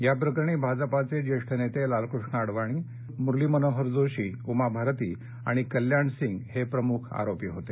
या प्रकरणी भाजपाचे ज्येष्ठ नेते लालकृष्ण अडवाणी मुरली मनोहर जोशी उमा भारती आणि कल्याण सिंग हे प्रमुख आरोपी होते